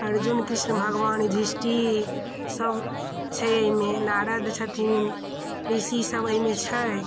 अर्जुन कृष्ण भगवान युधिष्ठिर सभ छै अइमे नारद छथिन ऋषि सभ अइमे छै